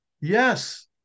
yes